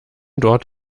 dort